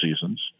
seasons